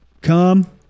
Come